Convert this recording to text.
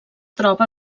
troba